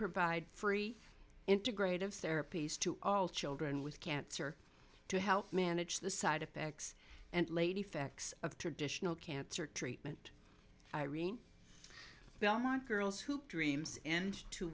provide free integrative therapies to all children with cancer to help manage the side effects and late effects of traditional cancer treatment irene belmont girls hoop dreams end t